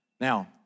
Now